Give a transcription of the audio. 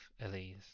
Elise